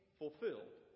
fulfilled